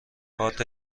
کارت